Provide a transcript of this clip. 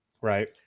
Right